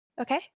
Okay